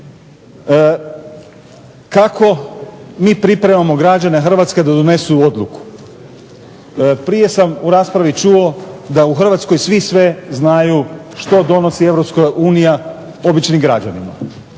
Kako mi pripremamo građane Hrvatske da donesu odluku. Prije sam u raspravi čuo da u Hrvatskoj svi sve znaju što donosi Europska unija